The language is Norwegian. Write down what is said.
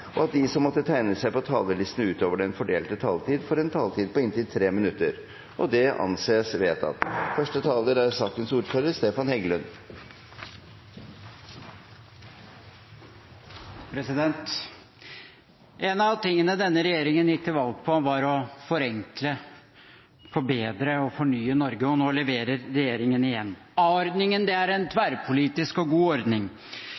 og at de som måtte tegne seg på talerlisten utover den fordelte taletid, får en taletid på inntil 3 minutter. – Det anses vedtatt. En av tingene denne regjeringen gikk til valg på, var å forenkle, forbedre og fornye Norge, og nå leverer regjeringen igjen. A-ordningen er en tverrpolitisk og god ordning. Med den etablerte man en felles ordning